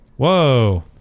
Whoa